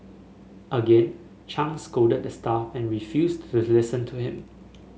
again Chang scolded the staff and refused to listen to him